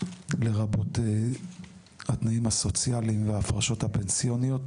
לרבות התנאים הסוציאליים וההפרשות הפנסיוניות,